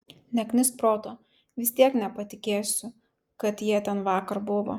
neknisk proto vis tiek nepatikėsiu kad jie ten vakar buvo